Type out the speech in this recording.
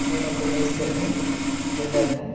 నేను ఒక మేస్త్రిని బిల్డర్ను